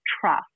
trust